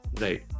Right